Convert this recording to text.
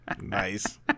Nice